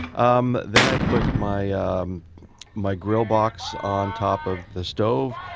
um then i put my um my grill box on top of the stove,